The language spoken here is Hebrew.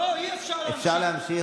לא, אי-אפשר להמשיך.